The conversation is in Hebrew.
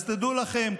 אז תדעו לכם,